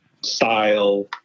style